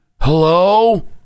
Hello